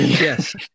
Yes